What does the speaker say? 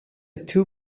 two